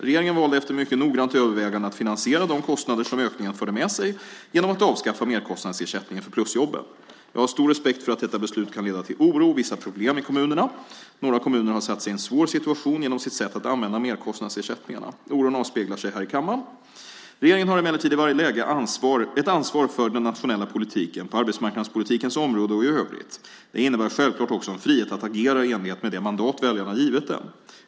Regeringen valde efter mycket noggrant övervägande att finansiera de kostnader som ökningen förde med sig genom att avskaffa merkostnadsersättningen för plusjobben. Jag har stor respekt för att detta beslut kan leda till oro och vissa problem i kommunerna. Några kommuner har satt sig i en svår situation genom sitt sätt att använda merkostnadsersättningarna. Oron avspeglas här i kammaren. Regeringen har emellertid i varje läge ett ansvar för den nationella politiken, på arbetsmarknadspolitikens område och i övrigt. Det innebär självklart också en frihet att agera i enlighet med det mandat väljarna givit den.